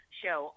show